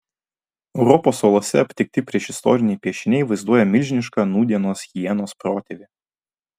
europos olose aptikti priešistoriniai piešiniai vaizduoja milžinišką nūdienos hienos protėvį